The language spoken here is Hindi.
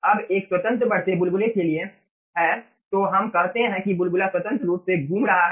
अब एक स्वतंत्र बढ़ते बुलबुले के लिए है तो हम कहते हैं कि बुलबुला स्वतंत्र रूप से घूम रहा है